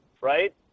right